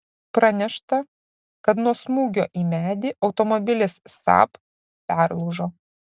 pranešta kad nuo smūgio į medį automobilis saab perlūžo